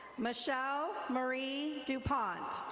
michelle marie dupont.